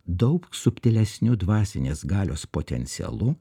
daug subtilesniu dvasinės galios potencialu